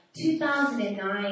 2009